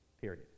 Period